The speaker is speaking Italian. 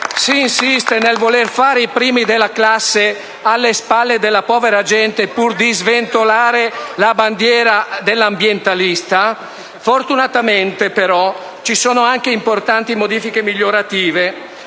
si insiste nel voler fare i primi della classe alle spalle della povera gente, pur di sventolare la bandiera dell'ambientalista? Fortunatamente, però, ci sono anche importanti modifiche migliorative,